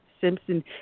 Simpson